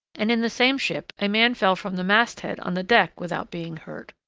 and in the same ship a man fell from the mast-head on the deck without being hurt.